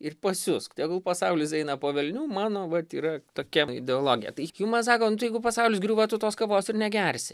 ir pasiusk tegul pasaulis eina po velnių mano vat yra tokia ideologija tai hjumas sako nu tai jeigu pasaulis griūva tu tos kavos ir negersi